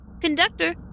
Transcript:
Conductor